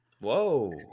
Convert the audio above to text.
Whoa